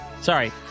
sorry